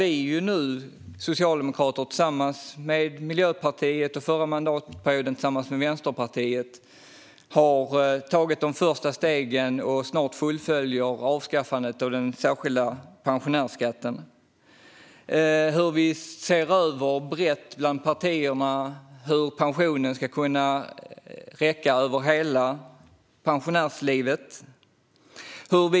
Vi socialdemokrater har tillsammans med Miljöpartiet, och under förra mandatperioden tillsammans med Vänsterpartiet, tagit de första stegen och snart fullföljt avskaffandet av den särskilda pensionärsskatten. Vi ser nu över brett bland partierna hur pensionen ska kunna räcka hela pensionärslivet.